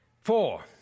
Four